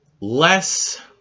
less